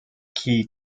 key